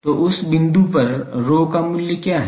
तो उस बिंदु पर ρ का मूल्य क्या है